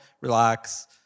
relax